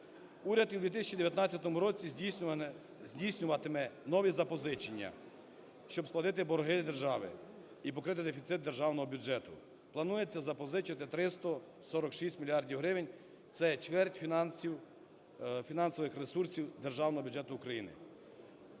Уряд і в 2019 році здійснюватиме нові запозичення, щоб сплатити борги держави і покрити дефіцит Державного бюджету. Планується запозичити 346 мільярдів гривень – це чверть фінансів, фінансових ресурсів Державного бюджету України.